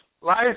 life